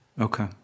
Okay